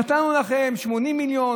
נתנו לכם 80 מיליון.